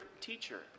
teacher